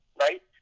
right